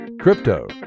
Crypto